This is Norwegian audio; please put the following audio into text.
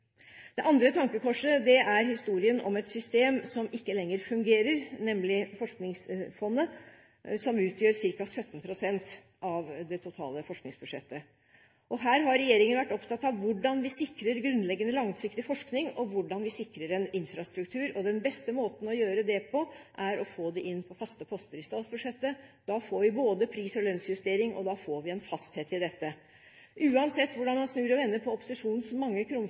Det andre tankekorset er historien om et system som ikke lenger fungerer, nemlig Forskningsfondet, som utgjør ca. 17 pst. av det totale forskningsbudsjettet. Her har regjeringen vært opptatt av hvordan vi sikrer grunnleggende langsiktig forskning, og hvordan vi sikrer en infrastruktur. Den beste måten å gjøre det på, er å få det inn på faste poster i statsbudsjettet. Da får vi både en pris- og lønnsjustering og en fasthet i dette. Uansett hvordan man snur og vender på opposisjonens mange